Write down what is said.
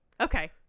okay